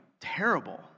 terrible